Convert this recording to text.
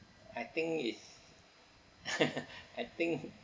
I think it's I think